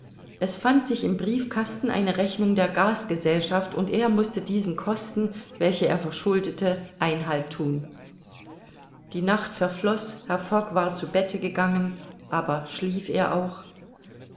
es fand sich im briefkasten eine rechnung der gasgesellschaft und er mußte diesen kosten welche er verschuldete einhalt thun die nacht verfloß herr fogg war zu bette gegangen aber schlief er auch